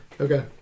okay